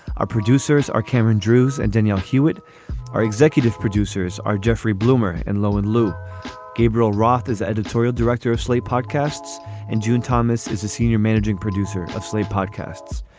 our producers are cameron drews and daniel hewett are executive producers are jeffrey bloomer and lo and lou gabriel roth is the editorial director of slate podcasts and june thomas is a senior managing producer of slate podcasts.